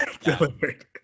Delivered